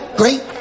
great